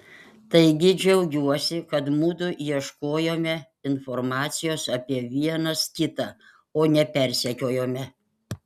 taigi džiaugiuosi kad mudu ieškojome informacijos apie vienas kitą o ne persekiojome